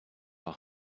are